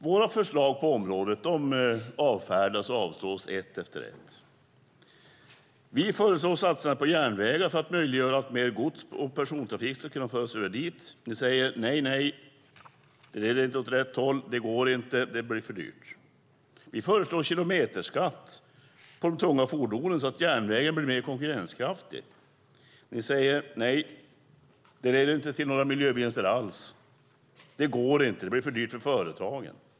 Våra förslag på området avfärdas och avslås ett efter ett. Vi föreslår satsningar på järnvägar för att möjliggöra att mer gods och persontrafik ska kunna föras över dit. Ni säger: Nej nej, det leder inte åt rätt håll. Det går inte. Det blir för dyrt. Vi föreslår kilometerskatt på de tunga fordonen så att järnvägen blir mer konkurrenskraftig. Ni säger: Nej, det leder inte till några miljövinster alls. Det går inte. Det blir för dyrt för företagen.